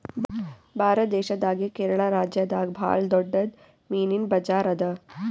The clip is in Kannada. ಭಾರತ್ ದೇಶದಾಗೆ ಕೇರಳ ರಾಜ್ಯದಾಗ್ ಭಾಳ್ ದೊಡ್ಡದ್ ಮೀನಿನ್ ಬಜಾರ್ ಅದಾ